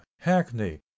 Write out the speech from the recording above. hackney